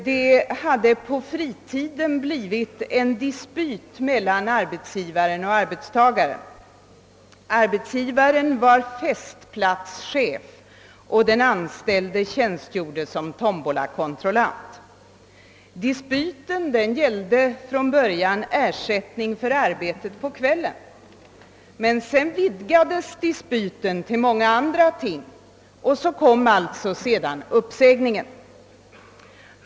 Det hade på fritiden blivit en dispyt mellan arbetsgivaren och arbetstagaren. Arbetsgivaren var festplatschef och den anställde tjänstgjorde som tombolakontrollant. Dispyten gällde från början ersättning för arbete på kvällen men vidgades sedan till många andra ting, och så kom uppsägningen.